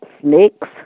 snakes